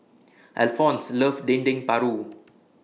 Alphonse loves Dendeng Paru